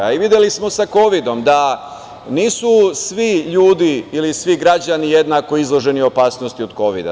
Videli smo sa kovidom da nisu svi ljudi ili svi građani jednako izloženi opasnosti od kovida.